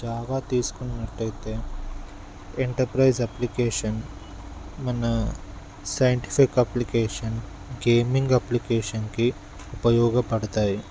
Java తీసుకున్నట్టు అయితే enterprise application మన సైంటిఫిక్ అప్లికేషన్ గేమింగ్ అప్లికేషన్కి ఉపయోగపడతాయి